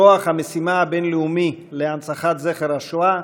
כוח המשימה הבין-לאומי להנצחת זכר השואה,